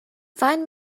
find